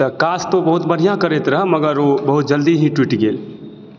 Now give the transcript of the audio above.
तऽ काज तऽ ओ बहुत बढिऑं करैत रहऽ मगर बहुत जल्दी ही टुटि गेल